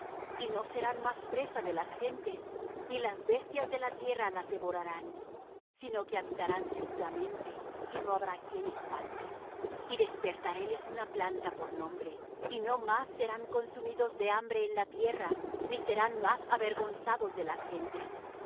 y no serán más presa de las gentes ni las bestias de la tierra las devorarán sino que habitarán seguramente y no habrá quien espante y despertaréles una planta por nombre y no más serán consumidos de hambre en la tierra ni serán más avergonzados de las gentes y